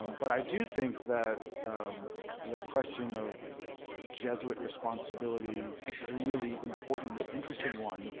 um but i do think that the question of jesuit responsibility is really important interesting one.